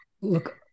Look